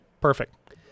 Perfect